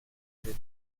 jeter